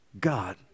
God